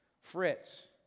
Fritz